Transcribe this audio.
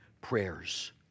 prayers